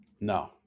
No